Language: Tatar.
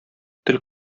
тел